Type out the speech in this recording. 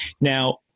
Now